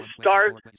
start